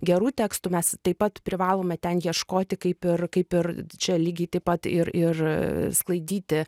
gerų tekstų mes taip pat privalome ten ieškoti kaip ir kaip ir tai čia lygiai taip pat ir ir sklaidyti